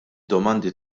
domandi